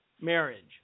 marriage